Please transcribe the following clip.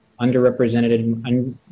underrepresented